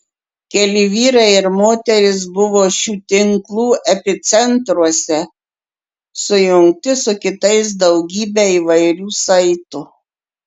keli vyrai ir moterys buvo šių tinklų epicentruose sujungti su kitais daugybe įvairių saitų